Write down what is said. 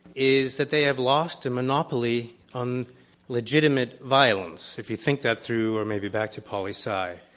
is that they have lost a monopoly on legitimate violence, if you think that through, or maybe back to poli. sci.